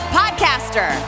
podcaster